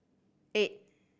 eight